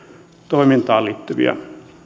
toimintaan liittyviä